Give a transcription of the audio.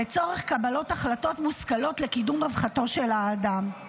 לצורך קבלת החלטות מושכלות לקידום רווחתו של האדם.